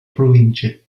province